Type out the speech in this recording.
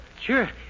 Sure